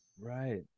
Right